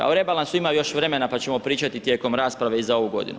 A o rebalansu ima još vremena, pa ćemo pričati tijekom rasprave i za ovu godinu.